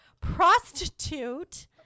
Prostitute